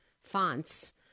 fonts